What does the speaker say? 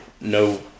no